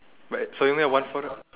but so you only have one photo